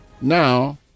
Now